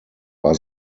war